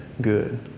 good